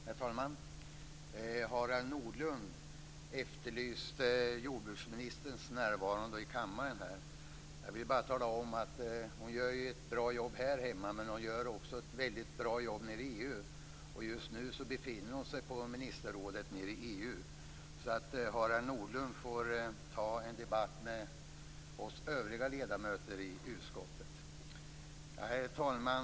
Herr talman! Harald Nordlund efterlyste jordbruksministerns närvaro i kammaren. Jag vill bara tala om att hon gör ett bra jobb här hemma, men hon gör också ett väldigt bra jobb nere i EU. Just nu befinner hon sig på ministerrådet nere i EU. Harald Nordlund får ta debatten med oss övriga ledamöter i utskottet. Herr talman!